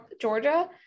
Georgia